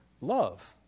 love